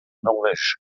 norvège